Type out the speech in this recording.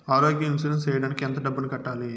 ఆరోగ్య ఇన్సూరెన్సు సేయడానికి ఎంత డబ్బుని కట్టాలి?